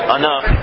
enough